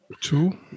two